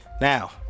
now